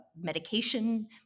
medication